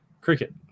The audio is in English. cricket